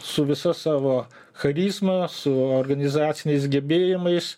su visa savo charizma su organizaciniais gebėjimais